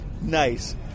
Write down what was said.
Nice